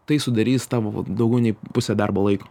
tai sudarys tavo daugiau nei pusę darbo laiko